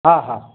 हा हा